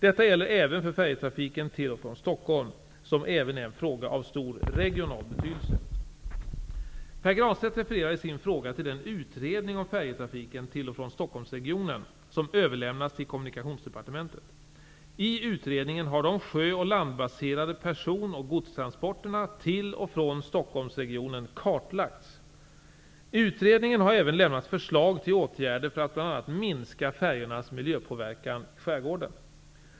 Detta gäller även för färjetrafiken till och från Stockholm, som även är en fråga av stor regional betydelse. Pär Granstedt refererar i sin fråga till den utredning om färjetrafiken till och från Stockholmsregionen som överlämnats till Kommunikationsdepartementet. I utredningen har de sjö och landbaserade person och godstransporterna till och från Stockholmsregionen kartlagts. Utredningen har även lämnat förslag till åtgärder för att bl.a. minska färjornas miljöpåverkan i skärgården.